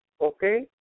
Okay